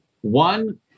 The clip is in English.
one